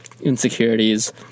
insecurities